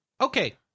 Okay